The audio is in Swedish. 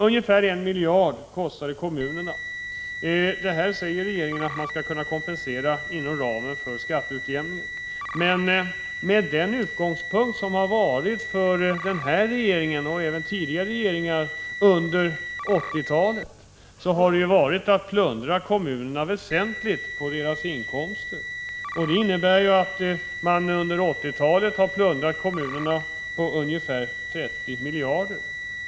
Ungefär 1 miljard kostar det kommunerna. Det säger regeringen att man skall kunna kompensera inom ramen för skatteutjämningen. Men utgångspunkten för den här regeringen och även för tidigare regeringar under 1980-talet har ju varit att plundra kommunerna på deras inkomster. Man har under 1980-talet plundrat kommunerna på ungefär 30 miljarder.